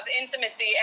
intimacy